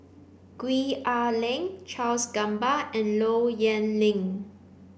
Gwee Ah Leng Charles Gamba and Low Yen Ling